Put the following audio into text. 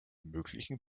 möglichen